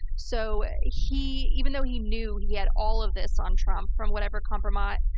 so he, even though he knew he had all of this on trump from whatever kompromat,